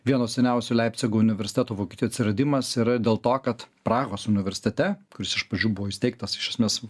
vieno seniausių leipcigo universiteto vokietijoj atsiradimas yra dėl to kad prahos universitete kuris iš pradžių buvo įsteigtas iš esmės